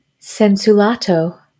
Sensulato